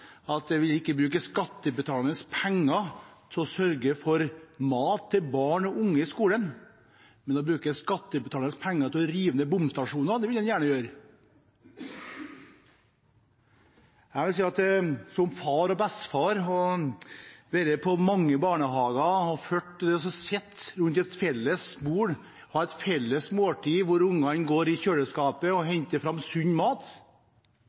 at de ikke vil bruke skattebetalernes penger til å sørge for mat til barn og unge i skolen, men bruke skattebetalernes penger til å rive ned bomstasjoner vil de gjerne. Jeg vil si at som far og bestefar har jeg vært i mange barnehager og fulgt det å sitte rundt et felles bord, ha et felles måltid, hvor ungene går til kjøleskapet, henter fram sunn mat,